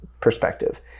perspective